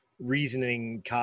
reasoning